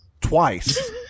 Twice